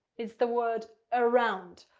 it's the word around.